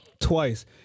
twice